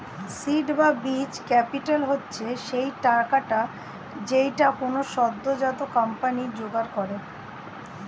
seed বা বীজ capital হচ্ছে সেই টাকাটা যেইটা কোনো সদ্যোজাত কোম্পানি জোগাড় করে